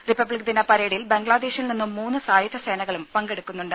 republic ദിന പരേഡിൽ ബംഗ്ലാദേശിൽ നിന്നും മൂന്ന് സായുധസേനകളും പങ്കെടുക്കുന്നുണ്ട്